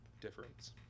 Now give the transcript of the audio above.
difference